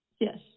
Yes